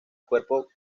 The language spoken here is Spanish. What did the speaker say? cuerpo